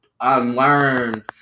unlearn